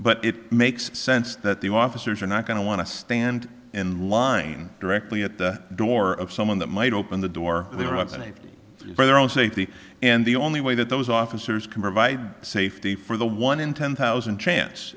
but it makes sense that the officers are not going to want to stand in line directly at the door of someone that might open the door they were absent for their own safety and the only way that those officers can provide safety for the one in ten thousand chance